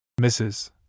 Mrs